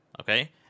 okay